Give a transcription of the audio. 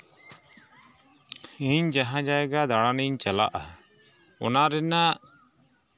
ᱤᱧ ᱡᱟᱦᱟᱸ ᱡᱟᱭᱜᱟ ᱫᱟᱬᱟᱱᱤᱧ ᱪᱟᱞᱟᱜᱼᱟ ᱚᱱᱟ ᱨᱮᱱᱟᱜ